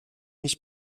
mich